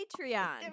Patreon